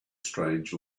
strange